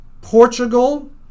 Portugal